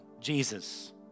Jesus